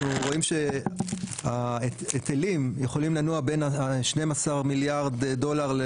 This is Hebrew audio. אנחנו רואים שההיטלים יכולים לנוע בין 12 מיליארד דולרים,